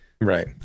right